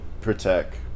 protect